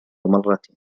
مرة